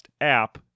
app